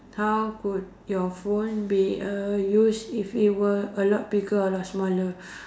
how could your phone be used if it were a lot bigger or a lot smaller